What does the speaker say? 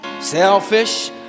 Selfish